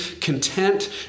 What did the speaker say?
content